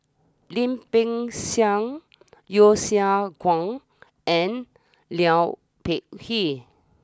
Lim Peng Siang Yeo Siak Goon and Liu Peihe